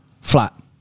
flat